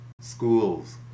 schools